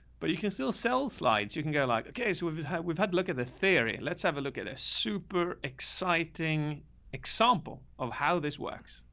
but you can still sell slides. you can go like, okay, so we've had, we've had look at the theory, let's have a look at this super exciting example of how this works,